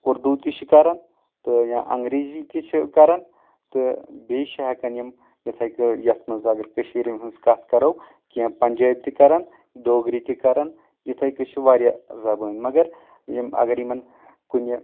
اردوٗ تہِ چھِ کران تہٕ یا انگریٖزی تہِ چھِ کران تہٕ بیٚیہِ چھِ ہٮ۪کان یِم یِتھٕے کٔنۍ یتھ منٛز اگر کٔشیٖرِ ہنٛز کتھ کرو کینٛہہ پنٛچٲبۍ تہِ کران ڈوگری تہِ کران یتھٕے کٔنۍ چھِ واریاہ زبٲنۍ مگر یِم اگر یِمن کُنہِ